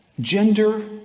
Gender